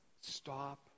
stop